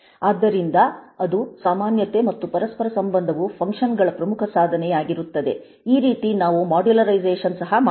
ಆದ್ದರಿಂದ ಅದು ಸಾಮಾನ್ಯತೆ ಮತ್ತು ಪರಸ್ಪರ ಸಂಬಂಧವು ಫಂಕ್ಷನ್ ಗಳ ಪ್ರಮುಖ ಸಾಧನೆ ಯಾಗಿರುತ್ತದೆ ಈ ರೀತಿ ನಾವು ಮಾಡ್ಯುಲರೈಸೇಶನ್ ಸಹ ಮಾಡಬಹುದು